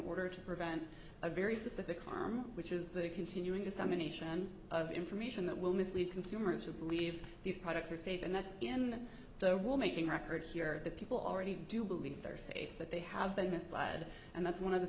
order to prevent a very specific harm which is the continuing dissemination of information that will mislead consumers who believe these products are safe and that's in the will making record here that people already do believe they're safe that they have been misled and that's one of the